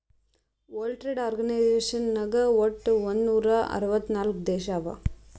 world trade organisation ನಾಗ್ ವಟ್ ಒಂದ್ ನೂರಾ ಅರ್ವತ್ ನಾಕ್ ದೇಶ ಅವಾ